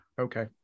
Okay